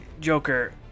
Joker